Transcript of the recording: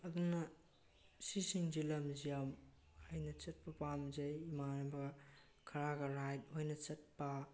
ꯑꯗꯨꯅ ꯁꯤꯁꯤꯡꯁꯤ ꯂꯝꯁꯤ ꯌꯥꯝ ꯑꯩꯅ ꯆꯠꯄ ꯄꯥꯝꯖꯩ ꯏꯃꯥꯟꯅꯕ ꯈꯔꯒ ꯔꯥꯏꯗ ꯑꯣꯏꯅ ꯆꯠꯄ